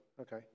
Okay